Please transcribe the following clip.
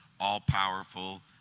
all-powerful